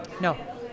No